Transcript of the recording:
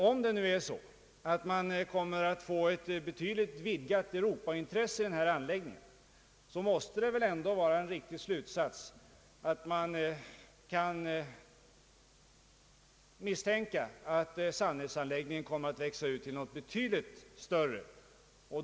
Om det nu blir ett betydligt vidgat Europaintresse i denna anläggning måste det väl ändå vara en riktig slutsats, att man kan misstänka att Sannäsanläggningen växer ut och blir avsevärt större än beräknat.